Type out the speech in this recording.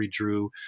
redrew